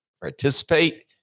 participate